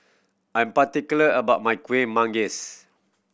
I'm particular about my Kueh Manggis